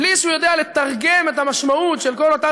בלי שהוא יודע לתרגם את המשמעות של כל אותן